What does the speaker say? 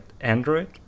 Android